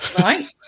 Right